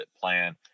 plan